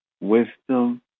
wisdom